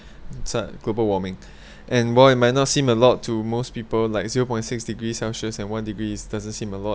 sat global warming and more it might not seem a lot to most people like zero point six degree celsius and one degree is doesn't seem a lot